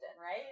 right